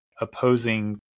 opposing